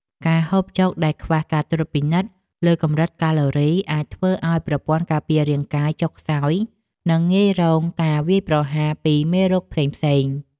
ការហូបចុកដែលខ្វះការត្រួតពិនិត្យលើកម្រិតកាឡូរីអាចធ្វើឲ្យប្រព័ន្ធការពាររាងកាយចុះខ្សោយ និងងាយរងការវាយប្រហារពីមេរោគផ្សេងៗ។